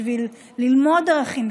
בשביל ללמוד ערכים,